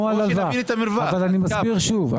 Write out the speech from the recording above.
אני מסביר שוב,